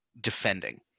defending